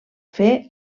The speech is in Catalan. fer